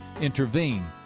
intervene